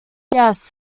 yes